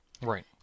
Right